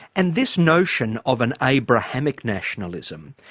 and this notion of an abrahamic nationalism,